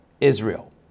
Israel